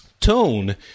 tone